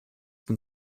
been